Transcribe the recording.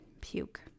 Puke